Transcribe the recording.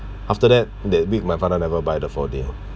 after that that week my father never buy the four D